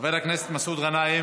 חבר הכנסת מסעוד גנאים